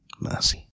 mercy